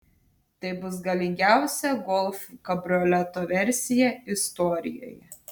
tai bus galingiausia golf kabrioleto versija istorijoje